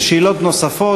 שאלות נוספות